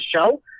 show